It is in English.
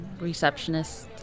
receptionists